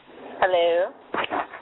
Hello